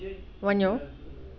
वञो